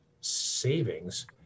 savings